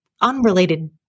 unrelated